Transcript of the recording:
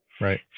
Right